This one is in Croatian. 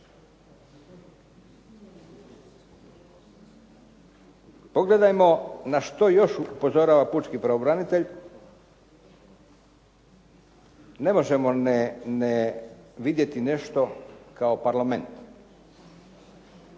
Pogledajmo na što još upozorava pučki pravobranitelj. Ne možemo ne vidjeti nešto kao Parlament.